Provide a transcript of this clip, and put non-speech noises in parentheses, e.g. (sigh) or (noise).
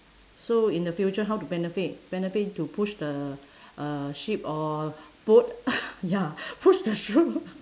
so in the future how to benefit benefit to push the uh ship or boat (laughs) ya push the (laughs)